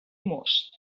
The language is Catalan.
most